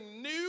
new